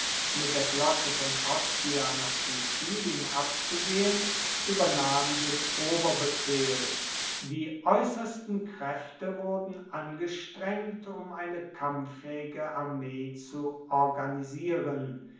mit der flotte von ostia nach sizilien abzugehen uebernahm den oberbefehl die aeussersten kraefte wurden angestrengt um eine kampffaehige armee zu organisieren